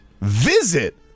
visit